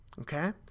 Okay